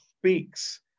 speaks